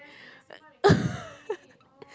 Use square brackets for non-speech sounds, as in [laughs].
[laughs]